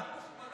מישהו